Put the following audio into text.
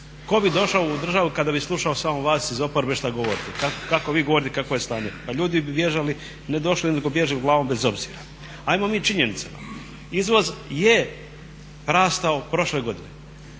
tko bi došao u državu kada bi slušao samo vas iz oporbe šta govorite, kako vi govorite kako je stanje. Pa ljudi bi bježali ne došli nego bježali glavom bez obzira. Ajmo mi o činjenicama, izvoz je rastao prošle godine.